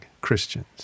Christians